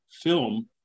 film